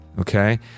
okay